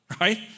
right